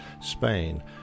Spain